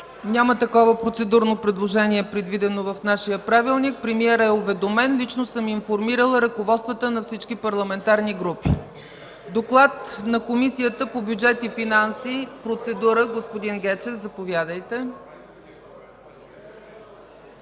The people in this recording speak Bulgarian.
Няма такова процедурно предложение, предвидено в нашия Правилник. Премиерът е уведомен, лично съм информирала ръководствата на всички парламентарни групи. Доклад на Комисията по бюджет и финанси... (Реплика от народния представител